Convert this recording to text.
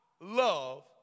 love